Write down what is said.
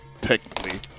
technically